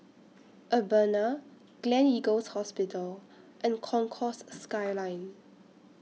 Urbana Gleneagles Hospital and Concourse Skyline